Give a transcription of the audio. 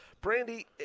Brandy